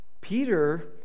Peter